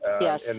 Yes